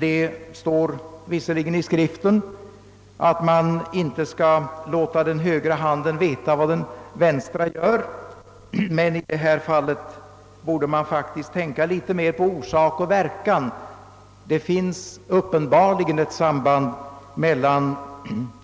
Det står visserligen i Skriften att man inte skall låta den högra handen veta vad den vänstra gör, men i detta fall borde man faktiskt tänka litet mer på orsak och verkan; det finns uppenbarligen ett samband mellan